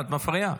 את מפריעה.